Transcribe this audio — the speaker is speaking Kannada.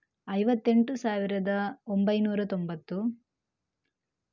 ಐವತ್ತೆಂಟು ಸಾವಿರದ ಒಂಬೈನೂರ ತೊಂಬತ್ತು